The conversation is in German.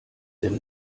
denn